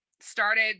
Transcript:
started